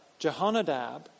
Jehonadab